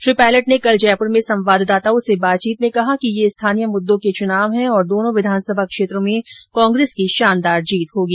श्री पायलट ने कल जयपुर में संवाददाताओं से बातचीत में कहा कि यह स्थानीय मुद्दों के चुनाव हैं और दोनों विधानसभा क्षेत्रों में कांग्रेस की शानदार जीत होगी